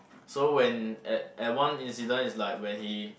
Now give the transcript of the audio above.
so when at at one incident is like when he